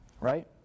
right